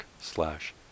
slash